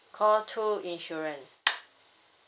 call two insurance